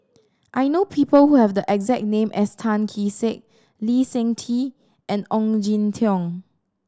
I know people who have the exact name as Tan Kee Sek Lee Seng Tee and Ong Jin Teong